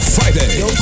Friday